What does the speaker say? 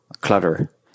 clutter